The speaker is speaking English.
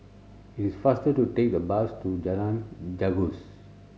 it is faster to take the bus to Jalan Gajus